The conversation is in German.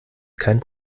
kein